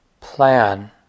plan